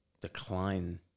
decline